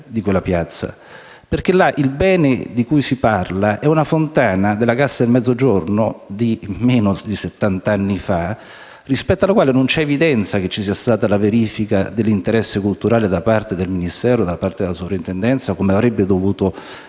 perché il bene di cui si parla è una fontana della Cassa del Mezzogiorno di meno di settant'anni, rispetto alla quale non c'è evidenza che ci sia stata la verifica dell'interesse culturale da parte del Ministero e da parte della Soprintendenza, come avrebbe dovuto essere